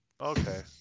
Okay